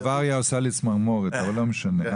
בוואריה עושה לי צמרמורת אבל לא משנה,